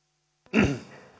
arvoisa